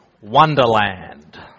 wonderland